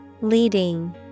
Leading